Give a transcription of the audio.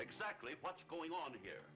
exactly what's going on here